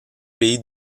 pays